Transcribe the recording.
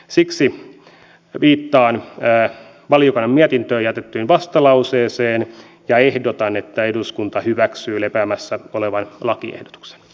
siksi viittaan valiokunnan mietintöön jätettyyn vastalauseeseen ja ehdotan että eduskunta hyväksyy lepäämässä olevan lakiehdotuksen